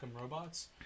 Robots